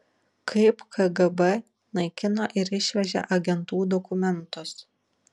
kaip kgb naikino ir išvežė agentų dokumentus